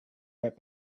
right